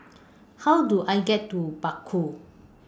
How Do I get to Bakau